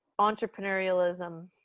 entrepreneurialism